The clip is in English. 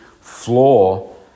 floor